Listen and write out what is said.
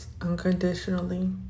unconditionally